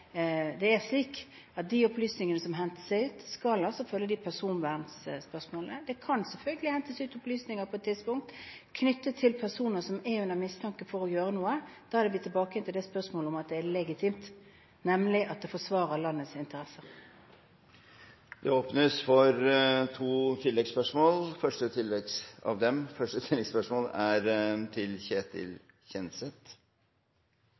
Det vil i så fall være de som har utlevert opplysningene, som har begått lovbruddet. De opplysningene som hentes ut, skal altså følge personvernspørsmålene. Det kan på et tidspunkt selvfølgelig hentes ut opplysninger om personer som er mistenkt for å ville gjøre noe. Da er vi tilbake til dette at det er legitimt at man forsvarer landets interesser. Det blir to